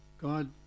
God